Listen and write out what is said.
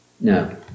No